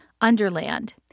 Underland